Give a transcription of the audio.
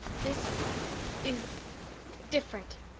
this is different,